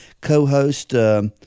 co-host